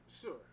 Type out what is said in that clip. Sure